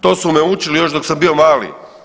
To su me učili još dok sam bio mali.